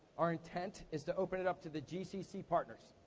our intent is to open it up to the gcc partners.